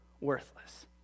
worthless